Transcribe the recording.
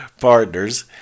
partners